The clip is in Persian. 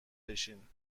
بشین